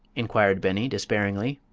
inquired beni, despairingly.